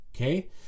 Okay